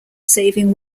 saving